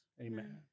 Amen